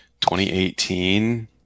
2018